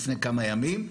לפני כמה ימים,